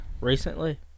Recently